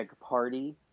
party